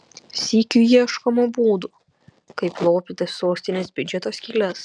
sykiu ieškoma būdų kaip lopyti sostinės biudžeto skyles